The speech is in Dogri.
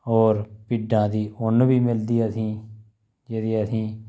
और भिड्डां दी ऊन्न बी मिलदी असें